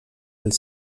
els